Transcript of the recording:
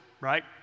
right